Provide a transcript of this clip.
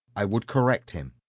i would correct him.